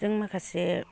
जों माखासे